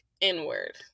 inward